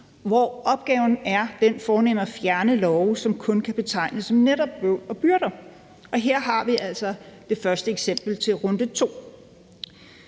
hvor opgaven er den fornemme at fjerne love, som kun kan betegnes som netop bøvl og byrder, og her har vi altså det første eksempel til runde to.